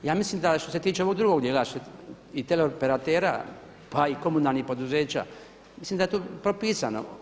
Ja mislim da što se tiče ovog drugog dijela i teleoperatera pa i komunalnih poduzeća, mislim da je to propisano.